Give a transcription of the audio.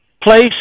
place